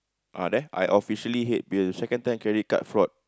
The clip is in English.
ah there I officially hate bill second time credit card fraud